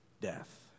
death